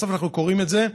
בסוף אנחנו קוראים את זה,